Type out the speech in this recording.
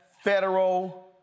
Federal